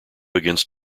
against